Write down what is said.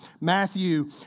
Matthew